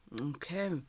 Okay